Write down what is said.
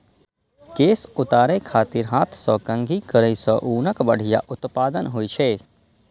केश उतारै खातिर हाथ सं कंघी करै सं ऊनक बढ़िया उत्पादन होइ छै